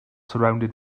surrounded